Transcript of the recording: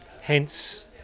Hence